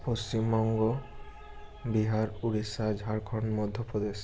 Paschimbanga Bihar Orissa Jharkhand Madhya Pradesh